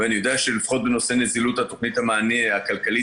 ואני יודע שלפחות בנושא נזילות התוכנית הכלכלית